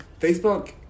facebook